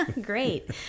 Great